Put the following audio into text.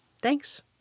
Thanks